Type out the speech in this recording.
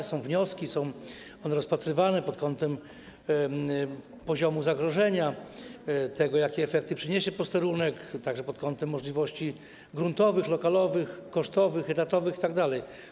Wpłynęły wnioski, które są rozpatrywane pod kątem poziomu zagrożenia, tego, jakie efekty przyniesie posterunek, także pod kątem możliwości gruntowych, lokalowych, kosztowych, etatowych itd.